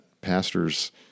pastors